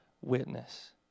witness